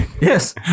Yes